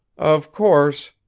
of course,